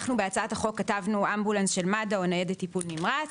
אנחנו בהצעת החוק כתבנו אמבולנס של מד"א או ניידת טיפול נמרץ,